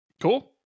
Cool